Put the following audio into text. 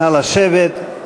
נא לשבת.